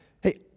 hey